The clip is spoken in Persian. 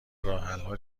راهحلها